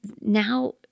now